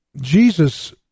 Jesus